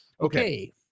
Okay